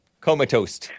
Comatose